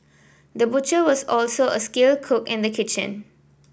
the butcher was also a skilled cook in the kitchen